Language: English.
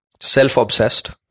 self-obsessed